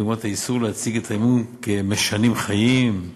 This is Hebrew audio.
דוגמת האיסור להציג את ההימורים כמשנים חיים,